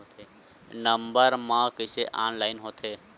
Number मा कइसे online होथे?